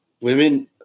Women